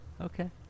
Okay